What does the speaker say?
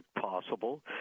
possible